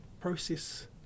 process